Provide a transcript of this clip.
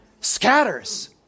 Scatters